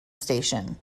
station